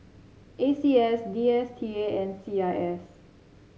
A C S D S T A and C I S